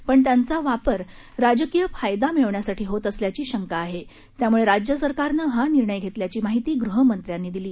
पण त्यांचा वापर राजकीय फायदा मिळवण्यासाठी होत असल्याची शंका आहे त्यामुळे राज्य सरकारनं हा निर्णय घेतल्याची माहिती गृहमंत्र्यांनी दिली